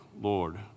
Lord